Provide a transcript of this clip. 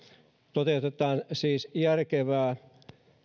toteutetaan siis järkevää